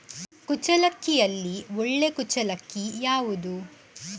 ಕುಚ್ಚಲಕ್ಕಿಯಲ್ಲಿ ಒಳ್ಳೆ ಕುಚ್ಚಲಕ್ಕಿ ಯಾವುದು?